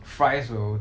fries will